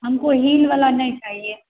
हमको हील वाला नहीं चाहिए